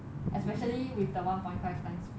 especially with the one point five time speed